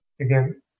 again